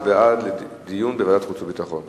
זה בעד דיון בוועדת החוץ והביטחון.